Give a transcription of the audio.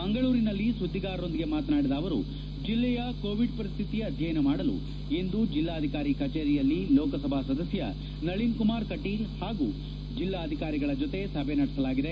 ಮಂಗಳೂರಿನಲ್ಲಿ ಸುದ್ದಿಗಾರರೊಂದಿಗೆ ಮಾತನಾಡಿದ ಅವರು ಜಿಲ್ಲೆಯ ಕೋವಿಡ್ ಪರಿಸ್ಟಿತಿ ಅಧ್ಯಯನ ಮಾಡಲು ಇಂದು ಜಿಲ್ಲಾಧಿಕಾರಿ ಕಚೇರಿಯಲ್ಲಿ ಲೋಕಸಭಾ ಸದಸ್ಯ ನಳಿನ್ ಕುಮಾರ್ ಕಟೀಲ್ ಹಾಗೂ ಜಿಲ್ಲಾಧಿಕಾರಿಗಳ ಜತೆ ಸಭೆ ನಡೆಸಲಾಗಿದೆ